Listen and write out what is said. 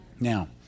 Now